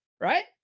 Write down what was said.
right